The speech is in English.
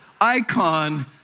icon